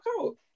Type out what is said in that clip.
out